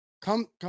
Come